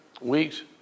weeks